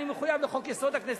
אני מחויב לחוק-יסוד: הכנסת,